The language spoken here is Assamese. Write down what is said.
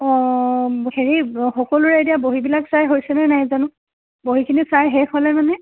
অ' হেৰি সকলোৰে এতিয়া বহীবিলাক চাই হৈছে নাই জানো বহীখিনি চাই শেষ হ'লে মানে